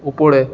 উপরে